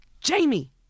jamie